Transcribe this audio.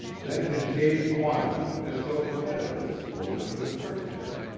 then his gaze wandered as though casually over to the cook tent,